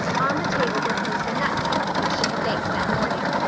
on the table reposed a nut cake which she had baked that morning.